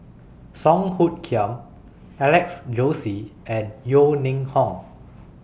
Song Hoot Kiam Alex Josey and Yeo Ning Hong